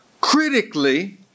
critically